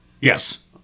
Yes